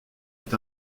est